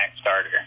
starter